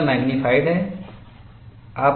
यहाँ मैग्नीफाइड है